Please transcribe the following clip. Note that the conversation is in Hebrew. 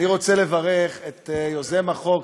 אני רוצה לברך את יוזם החוק,